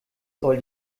soll